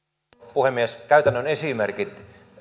puhemies käytännön esimerkit